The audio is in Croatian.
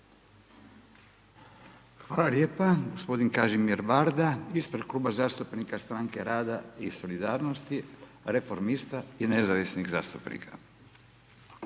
Hvala lijepa. Gospodin Kažimir Varda ispred Kluba zastupnika Strane rada i solidarnosti, Reformista i Nezavisnih zastupnika.